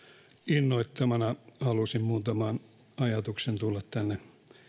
innoittamana halusin muutaman ajatuksen tulla tänne